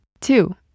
Two